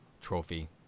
Trophy